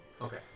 Okay